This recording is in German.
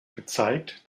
gezeigt